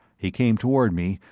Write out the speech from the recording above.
he came toward me,